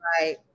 right